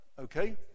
okay